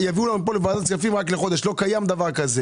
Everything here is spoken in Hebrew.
כאשר בשבוע שעבר שר האוצר חתם על המשך הוראת השעה